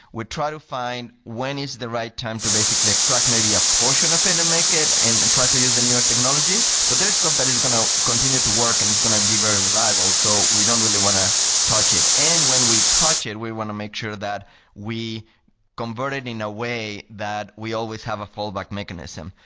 try to find when is the right time to basically extract maybe a portion of it and and make it and and try to use the newer technologies, but a stuff that is going to continue to work and is going to be very reliable. so we don't really want to touch it. and when we touch it, we want to make sure that we convert it in a way that we always have a fallback mechanism.